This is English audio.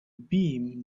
beam